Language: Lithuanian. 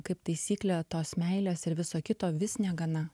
kaip taisyklė tos meilės ir viso kito vis negana